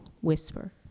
whisper